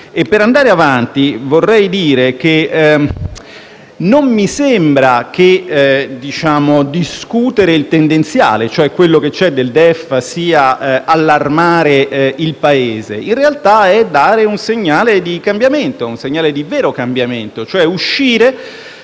E per andare avanti, vorrei dire che non mi sembra che discutere il tendenziale, cioè quello che c'è nel DEF, sia allarmare il Paese: in realtà, è dare un segnale di vero cambiamento, cioè uscire